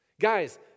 Guys